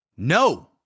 No